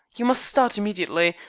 you must start immediately.